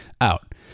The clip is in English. out